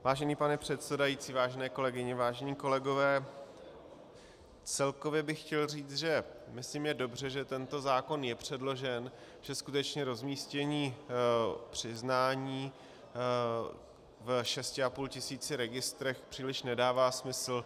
Vážený pane předsedající, vážené kolegyně, vážení kolegové, celkově bych chtěl říci, že je dobře, že tento zákon je předložen, že skutečně rozmístění přiznání v šesti a půl tisících registrech příliš nedává smysl.